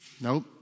nope